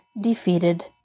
defeated